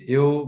eu